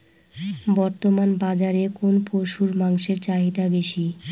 বর্তমান বাজারে কোন পশুর মাংসের চাহিদা বেশি?